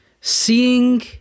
seeing